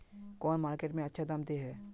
कौन मार्केट में अच्छा दाम दे है?